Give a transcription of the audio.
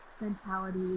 mentality